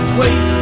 wait